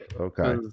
Okay